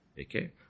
Okay